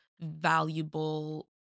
valuable